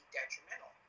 detrimental